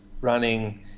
running